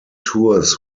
tours